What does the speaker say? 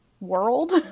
world